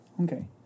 Okay